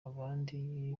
abandi